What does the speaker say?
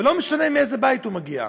ולא משנה מאיזה בית הוא מגיע,